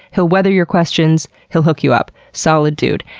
he'll weather your questions. he'll hook you up. solid dude.